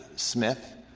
smith,